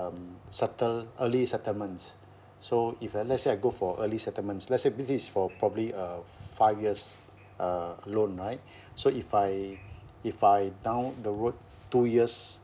um settle early settlement so if I let's say I go for early settlements let's say this is for probably a five years uh loan right so if I if I down the road two years